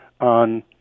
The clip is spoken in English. on